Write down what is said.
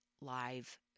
live